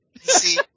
see